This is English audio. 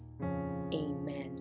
amen